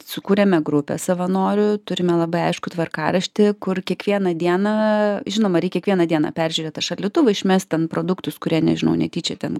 sukūrėme grupę savanorių turime labai aiškų tvarkaraštį kur kiekvieną dieną žinoma reik kiekvieną dieną peržiūrėt tą šaldytuvą išmest ten produktus kurie nežinau netyčia ten